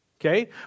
Okay